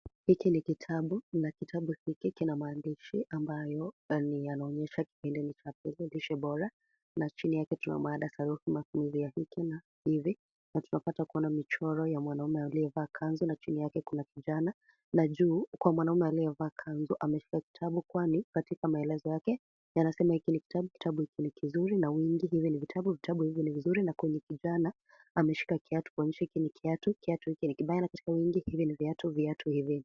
Hiki ni kitabu na kitabu hiki kina maandishi ambayo yanaonyesha kipengele cha' Lishe Bora.' Na chini yake tuna mada 'Sarufi: Matumizi ya hiki na hivi.' Na tunapata kuona michoro ya mwanaume aliyevaa kanzu na chini yake kuna kijana. Na juu kwa mwanaume aliyevaa kanzu ameshika kitabu kwani katika maelezo yake yanasema 'Hiki ni kitabu. Kitabu hiki ni kizuri.' Na wingi Hivi ni vitabu. Vitabu hivi ni vizuri. Na kwenye kijana ameshika kiatu kuonyesha 'Hiki ni kiatu. Kiatu hiki ni kibaya.' Na katika wingi 'Hivi ni viatu. Viatu hivi...'